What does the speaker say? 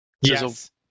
Yes